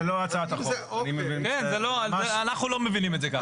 אנחנו לא מבינים את זה ככה.